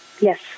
Yes